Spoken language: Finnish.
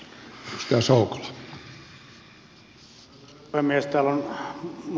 arvoisa herra puhemies